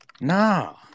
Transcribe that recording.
No